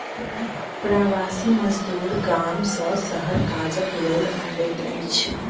प्रवासी मजदूर गाम सॅ शहर काजक लेल अबैत अछि